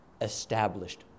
established